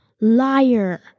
Liar